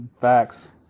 Facts